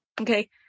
Okay